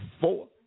four